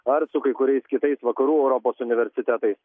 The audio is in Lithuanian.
ar su kai kuriais kitais vakarų europos universitetais